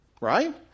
Right